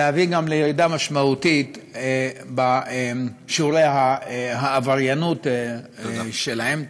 להביא גם לירידה משמעותית בשיעורי העבריינות שלהם.